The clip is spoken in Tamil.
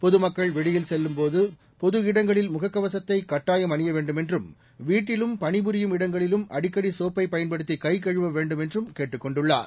பொதுமக்கள் வெளியில் செல்லும்போதும் பொது இடங்களிலும் முகக்கவசத்தை கட்டாயம் அணிய வேண்டும் என்றும் வீட்டிலும் பணிபுரியும் இடங்களிலும் அடிக்கடி சோப்பை பயன்படுத்தி கைகழுவ வேண்டும் என்றும் அவர் கேட்டுக் கொண்டுள்ளார்